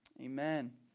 Amen